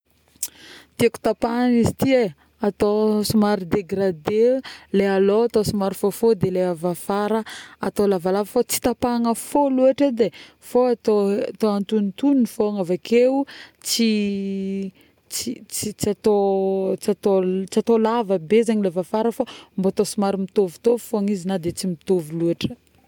tiako tapahagna izy ty e, atao somary dégradé le aloha atao somary fohifohy de le ava fara atao lavalava fô tsy tapahagna fohy lôtry e edy fô atao atognotognony fogna avekeo tsy tsy tsy atao,, tsy atao, tsy atao lava be le ava afara mba atao somary mitovitovy fogna izy na de tsy mitovy lôtra